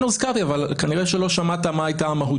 אנחנו מתקנים משהו כמו 30 תיקונים ויותר בעשור.